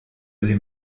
oli